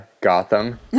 *Gotham*